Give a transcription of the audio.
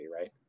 right